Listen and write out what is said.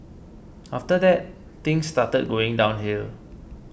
after that things started going downhill